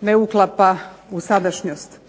ne uklapa u sadašnjost